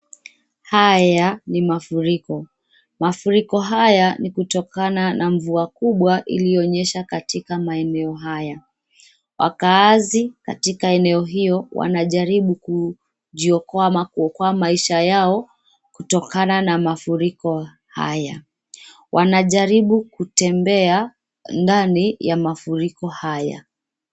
Haya ni mafuriko. Mafuriko haya ni kutokana na mvua kubwa iliyonyesha katika maeneo haya. Wakazi katika eneo hiyo wanajaribu kujiokoa ama kuokoa maisha yao, kutokana na mafuriko haya. Wanajaribu kutembea ndani ya mafuriko haya.